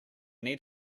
need